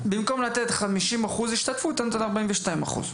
במקום לתת 50 אחוז השתתפות אתה נותן 42 אחוז.